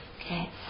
Okay